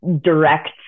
direct